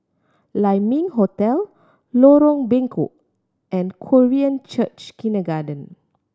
Lai Ming Hotel Lorong Bengkok and Korean Church Kindergarten